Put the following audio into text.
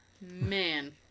man